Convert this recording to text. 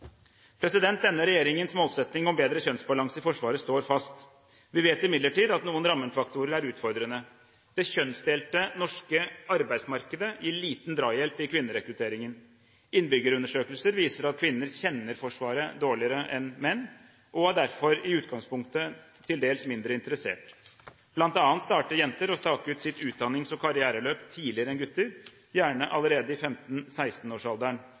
Denne regjeringens målsetting om bedre kjønnsbalanse i Forsvaret står fast. Vi vet imidlertid at noen rammefaktorer er utfordrende. Det kjønnsdelte norske arbeidsmarkedet gir liten drahjelp i kvinnerekrutteringen. Innbyggerundersøkelser viser at kvinner kjenner Forsvaret dårligere enn menn, og er derfor i utgangspunktet til dels mindre interessert. Blant annet begynner jenter å stake ut sitt utdannings- og karriereløp tidligere enn gutter, gjerne allerede i